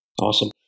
Awesome